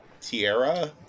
Tierra